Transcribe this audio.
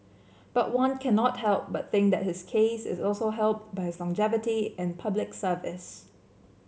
but one cannot help but think that his case is also helped by his longevity in Public Service